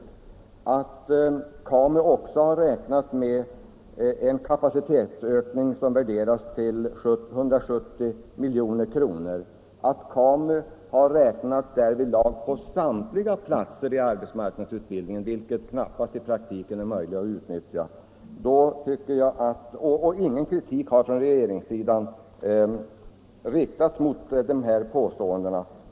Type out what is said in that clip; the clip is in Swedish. KAMU har också räknat med en kapacitetsökning utöver befintliga platser som uppskattats till 170 milj.kr. KAMU har i sina kalkyler räknat på samtliga tillgängliga platser i arbetsmarknadsutbildningen. Det är knappast i praktiken möjligt att utnyttja dessa. Från regeringens sida har ingen kritik riktats mot dessa beräkningar.